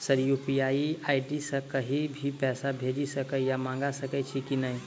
Sir UPI ID सँ कहि भी पैसा भेजि सकै या मंगा सकै छी की न ई?